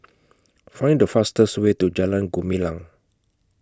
Find The fastest Way to Jalan Gumilang